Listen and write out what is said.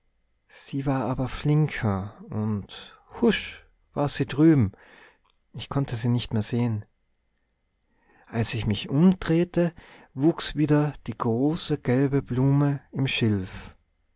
sie war aber flinker und husch war sie drüben ich konnte sie nicht mehr sehen als ich mich umdrehte wuchs wieder die große gelbe blume im schilf